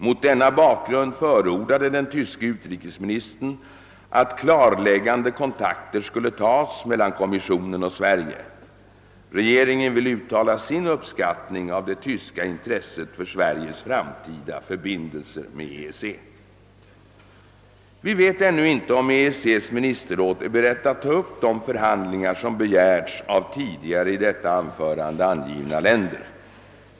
Mot denna bakgrund förordade den tyske utrikesministern att klarläggande kontakter skulle tas mellan kommissionen och Sverige. Regeringen vill uttala sin uppskattning av det tyska intresset för Sveriges framtida förbindelser med EEC. Vi vet ännu inte om EEC:s ministerråd är berett att ta upp de förhandlingar som begärts av tidigare i detta anförande angivna länder.